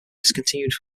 discontinued